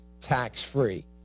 tax-free